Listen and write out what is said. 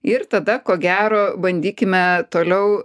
ir tada ko gero bandykime toliau